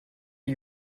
are